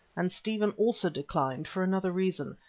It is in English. and stephen also declined, for another reason,